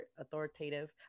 authoritative